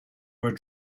were